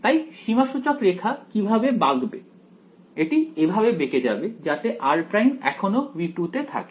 তাই সীমা সূচক রেখা কিভাবে বাঁকবে এটি এভাবে বেঁকে যাবে যাতে r প্রাইম এখনো V2 তে থাকে